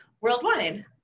worldwide